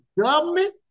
government